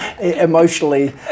Emotionally